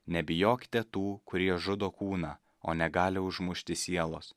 nebijokite tų kurie žudo kūną o negali užmušti sielos